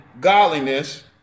godliness